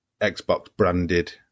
Xbox-branded